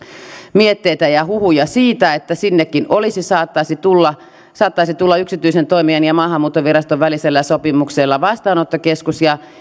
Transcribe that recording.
mietteitä ja huhuja siitä että sinnekin saattaisi tulla saattaisi tulla yksityisen toimijan ja maahanmuuttoviraston välisellä sopimuksella vastaanottokeskus ja